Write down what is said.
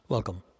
Welcome